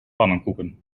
pannenkoeken